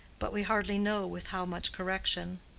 but we hardly know with how much correction.